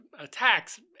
attacks